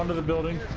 um the building's